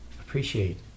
appreciate